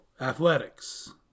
athletics